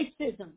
racism